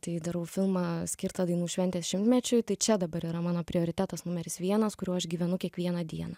tai darau filmą skirtą dainų šventės šimtmečiui tai čia dabar yra mano prioritetas numeris vienas kuriuo aš gyvenu kiekvieną dieną